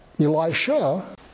Elisha